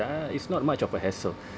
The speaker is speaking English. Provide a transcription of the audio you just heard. uh it's not much of a hassle